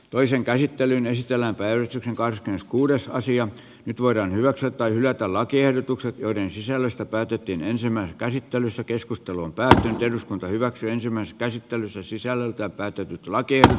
toisen käsittelyn esitellään päivitykin karskeskuudessa nyt voidaan hyväksyä tai hylätä lakiehdotukset joiden sisällöstä päätettiin ensimmäisessä käsittelyssä keskustelun päälle ja eduskunta hyväksyi ensimmäisen käsittelyn se sisältää päätetyt lakia